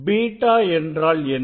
β என்றால் என்ன